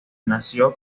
nació